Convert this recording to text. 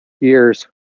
years